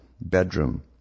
bedroom